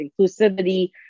inclusivity